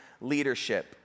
leadership